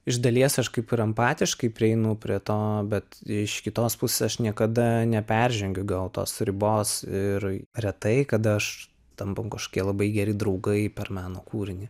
iš dalies aš kaip ir empatiškai prieinu prie to bet iš kitos pusės aš niekada neperžengiu gal tos ribos ir retai kada aš tampam kažkokie labai geri draugai per meno kūrinį